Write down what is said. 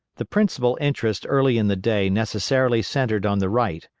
the principal interest early in the day necessarily centred on the right,